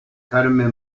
carmen